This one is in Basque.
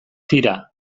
tira